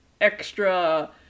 extra